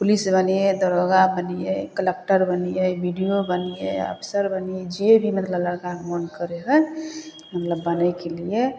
police बनिए दरोगा बनिए कलक्टर बनिए बी डी ओ बनिए अफसर बनिए मतलब जे भी मतलब लड़काके मोन करै हइ मतलब बनैके लिए